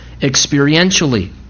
experientially